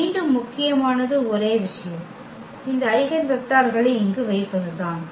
மீண்டும் முக்கியமானது ஒரே விஷயம் இந்த ஐகென் வெக்டர்களை இங்கு வைப்பதுதான்